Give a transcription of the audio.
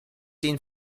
den